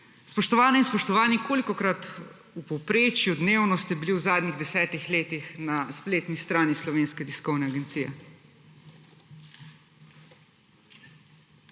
Spoštovane in spoštovani, kolikokrat v povprečju dnevno ste bili v zadnjih 10-ih letih na spletni strani Slovenske tiskovne agencije?